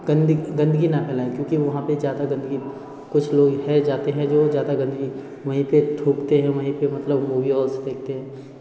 गंद गंदगी ना फैलाएं क्योंकि वहाँ पर ज़्यादा गंदगी कुछ लोग है जाते हैं जो ज़्यादा गंदगी वहीं पर थूकते हैं वहीं पर मतलब मूवी हॉल्स देखते हैं